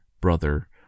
brother